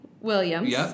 Williams